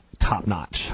Top-notch